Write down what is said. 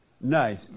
Nice